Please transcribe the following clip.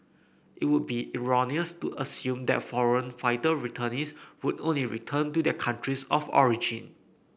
it would be erroneous to assume that foreign fighter returnees would only return to their countries of origin